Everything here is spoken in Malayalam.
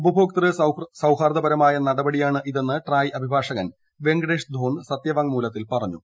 ഉപഭോക്തൃ സൌഹാർദ്ദപരമായ നടപടിയാണിതെന്ന് ട്രായ് അഭിഭാഷകൻ വെങ്കടേഷ് ധോന്ദ് സത്യവാങ്മൂലത്തിൽ പറഞ്ഞു